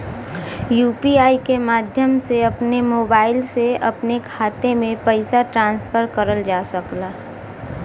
UPI के माध्यम से अपने मोबाइल से अपने खाते में पइसा ट्रांसफर करल जा सकला